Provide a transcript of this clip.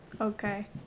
okay